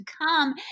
come